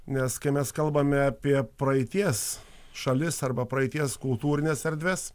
nes kai mes kalbame apie praeities šalis arba praeities kultūrines erdves